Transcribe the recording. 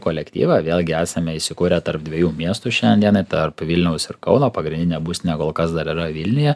kolektyvą vėlgi esame įsikūrę tarp dviejų miestų šiandien dienai tarp vilniaus ir kauno pagrindinė būstinė kol kas dar yra vilniuje